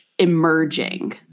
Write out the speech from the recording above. emerging